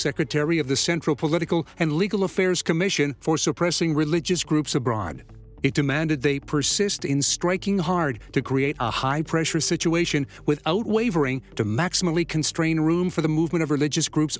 secretary of the central political and legal affairs commission for suppressing religious groups abroad it demanded they persist in striking hard to create a high pressure situation without wavering to maximally constrain room for the movement of religious groups